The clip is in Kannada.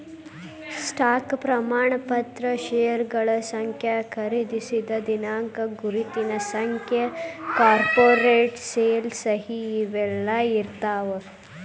ಸ್ಟಾಕ್ ಪ್ರಮಾಣ ಪತ್ರ ಷೇರಗಳ ಸಂಖ್ಯೆ ಖರೇದಿಸಿದ ದಿನಾಂಕ ಗುರುತಿನ ಸಂಖ್ಯೆ ಕಾರ್ಪೊರೇಟ್ ಸೇಲ್ ಸಹಿ ಇವೆಲ್ಲಾ ಇರ್ತಾವ